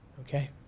Okay